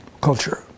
culture